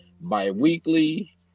bi-weekly